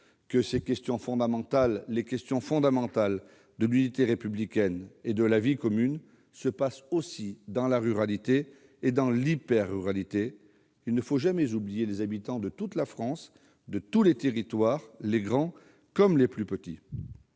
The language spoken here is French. que les questions fondamentales de l'unité républicaine et de la vie commune se posent aussi dans la ruralité et dans l'hyper-ruralité ? Il ne faut jamais oublier les habitants de toute la France, de tous les territoires, les grands comme les plus petits.